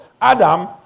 Adam